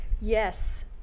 Yes